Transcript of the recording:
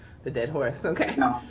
the dead horse, okay.